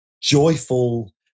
joyful